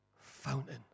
fountain